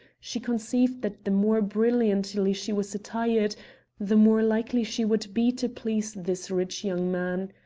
she conceived that the more brilliantly she was attired the more likely she would be to please this rich young man.